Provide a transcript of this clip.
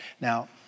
now